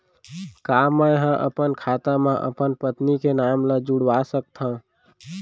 का मैं ह अपन खाता म अपन पत्नी के नाम ला जुड़वा सकथव?